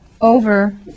over